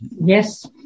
Yes